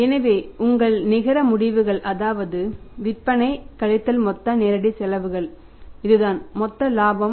எனவே உங்கள் நிகர முடிவுகள் அதாவது விற்பனை கழித்தல் மொத்த நேரடி செலவுகள் இதுதான் மொத்த இலாபம்